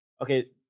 Okay